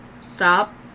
stop